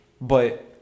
But-